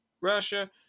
russia